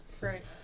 right